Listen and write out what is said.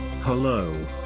Hello